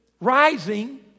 rising